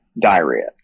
diarrhea